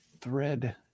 thread